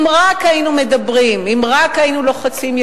אם רק היינו מדברים, אם רק היינו לוחצים ידיים,